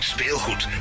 Speelgoed